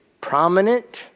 prominent